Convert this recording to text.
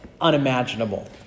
unimaginable